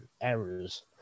errors